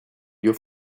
your